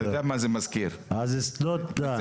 אתה יודע מה זה מזכיר, נצרת עילית.